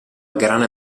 grana